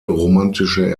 romantische